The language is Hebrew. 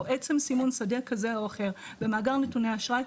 או עצם סימון שדה כזה או אחר במאגר נתוני אשראי,